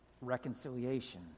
reconciliation